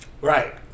Right